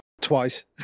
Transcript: twice